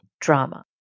drama